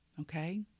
okay